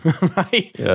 right